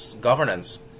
governance